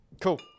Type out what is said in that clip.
Cool